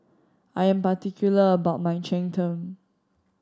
I am particular about my cheng tng